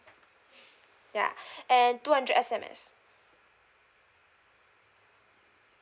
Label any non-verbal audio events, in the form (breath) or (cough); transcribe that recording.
ya (breath) and two hundred S_M_S